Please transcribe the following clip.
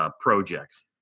projects